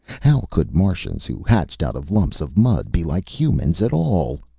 how could martians who hatched out of lumps of mud be like humans at all?